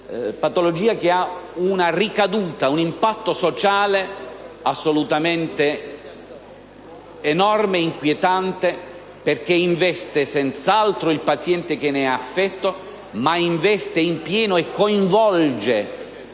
esame ha però una ricaduta e un impatto sociale assolutamente enorme e inquietante, perché investe senz'altro il paziente che ne è affetto, ma investe in pieno e coinvolge anche